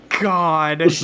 God